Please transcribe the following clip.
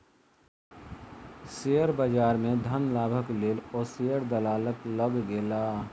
share बजार में धन लाभक लेल ओ शेयर दलालक लग गेला